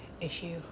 issue